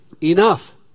enough